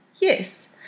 Yes